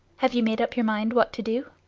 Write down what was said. have you made up your mind what to do?